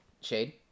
Shade